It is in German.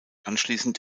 anschließend